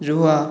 ରୁହ